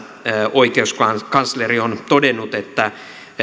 oikeuskansleri on todennut että